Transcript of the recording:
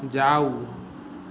जाउ